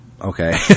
okay